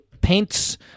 paints